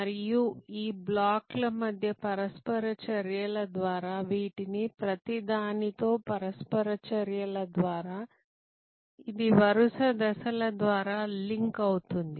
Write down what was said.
మరియు ఈ బ్లాక్ల మధ్య పరస్పర చర్యల ద్వారా వీటిలో ప్రతిదానితో పరస్పర చర్యల ద్వారా ఇది వరుస దశల ద్వారా లింక్ అవుతుంది